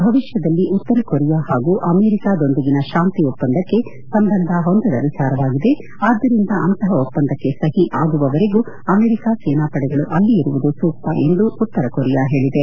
ಭವಿಷ್ಣದಲ್ಲಿ ಉತ್ತರ ಕೊರಿಯಾ ಹಾಗೂ ಅಮೆರಿಕಾದೊಂದಿಗಿನ ಶಾಂತಿ ಒಪ್ಪಂದಕ್ಕೆ ಸಂಬಂಧ ಹೊಂದದ ವಿಚಾರವಾಗಿದೆ ಆದ್ದರಿಂದ ಅಂತಹ ಒಪ್ಪಂದಕ್ಕೆ ಸಹಿ ಆಗುವವರೆಗೂ ಅಮೆರಿಕಾ ಸೇನಾಪಡೆಗಳು ಅಲ್ಲಿ ಇರುವುದು ಸೂಕ್ತ ಎಂದು ಉತ್ತರ ಕೊರಿಯಾ ಹೇಳಿದೆ